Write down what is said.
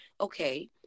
okay